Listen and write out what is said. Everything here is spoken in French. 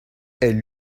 elles